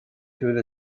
through